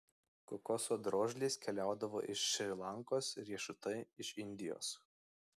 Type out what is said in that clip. kokoso drožlės keliaudavo iš šri lankos riešutai iš indijos